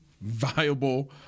viable